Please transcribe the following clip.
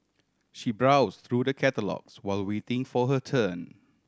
she browse through the catalogues while waiting for her turn